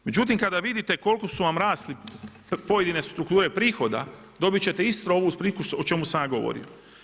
Međutim, kada vidite koliko su vam rasle pojedine strukture prihoda, dobit ćete istu ovu priču o čemu sam ja govorio.